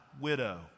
widow